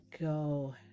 go